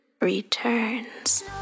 returns